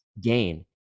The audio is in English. gain